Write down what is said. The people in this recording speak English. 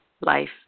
life